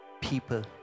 people